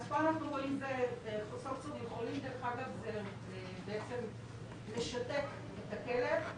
סוקצינילכולין זה בעצם משתק את הכלב,